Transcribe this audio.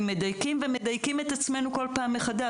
ומדייקים את עצמנו בכל פעם מחדש.